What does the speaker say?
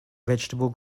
vegetable